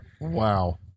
Wow